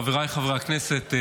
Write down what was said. חבריי חברי הכנסת,